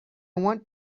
want